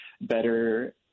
better